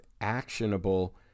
actionable